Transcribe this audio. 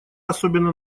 особенно